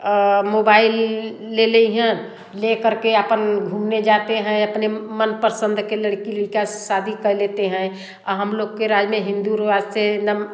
mobile लेले हियाँ लेकर के अपन घूमने जाते हैं अपनी मनपसंद के लड़की लड़का से शादी कर लेते हैं और हम लोग के राज में हिन्दू रिवाज से एकदम